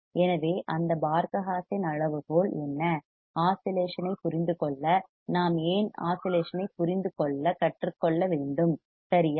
எனவே அந்த Barkhausen அளவுகோல் என்ன ஆஸிலேஷன் ஐ புரிந்துகொள்ள நாம் ஏன் ஆஸிலேஷன் ஐப் புரிந்து கொள்ளக் கற்றுக்கொள்ள வேண்டும் சரியா